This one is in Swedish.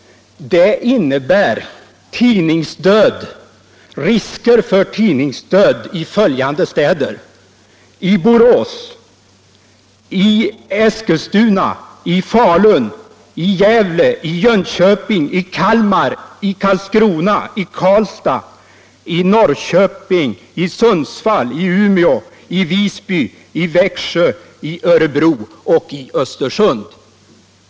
Det innebär risk för tidningsdöd i följande städer: Borås, Eskilstuna, Falun, Gävle, Jönköping, Kalmar, Karlskrona, Karlstad, Norrköping, Sundsvall, Umeå, Visby, Växjö, Örebro och Östersund.